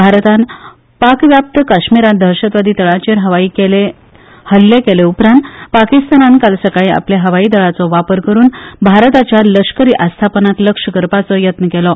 भारतान पाकव्याप्त काश्मीरांत दहशवादी तळांचेर हवाई हुल्ले केले उपरांत पाकिस्तानान काल सकाळी आपले हवाई दळाचो वापर करुन भारताच्या लष्करी आस्थापनांक लक्ष करपाचो यत्न केलो